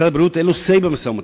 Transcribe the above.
משרד הבריאות, אין לו say במשא-ומתן.